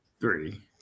three